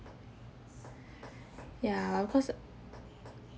ya cause